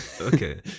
Okay